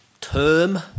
term